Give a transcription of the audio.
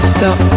Stop